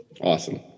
Awesome